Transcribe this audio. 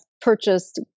purchased